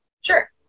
sure